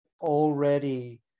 Already